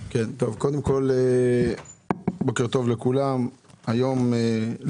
ויישר כוח לכל מי שעשה ועמל.